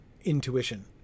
intuition